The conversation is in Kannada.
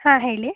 ಹಾಂ ಹೇಳಿ